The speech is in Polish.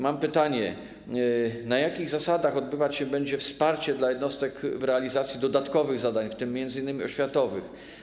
Mam pytanie: Na jakich zasadach odbywać się będzie wsparcie dla jednostek w realizacji dodatkowych zadań, w tym m.in. oświatowych?